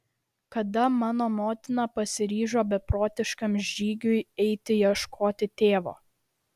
kada mano motina pasiryžo beprotiškam žygiui eiti ieškoti tėvo